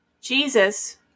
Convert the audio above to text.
Jesus